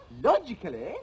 logically